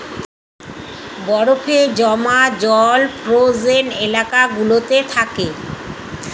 বরফে জমা জল ফ্রোজেন এলাকা গুলোতে থাকে